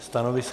Stanovisko?